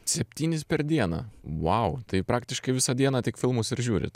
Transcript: septynis per dieną vau tai praktiškai visą dieną tik filmus ir žiūrit